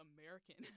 American